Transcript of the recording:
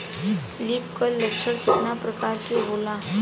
Leaf curl लक्षण केतना परकार के होला?